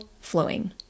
flowing